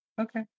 Okay